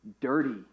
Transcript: dirty